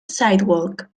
sidewalk